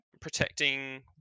protecting